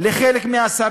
אצל חלק מהשרים: